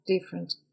different